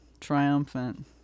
triumphant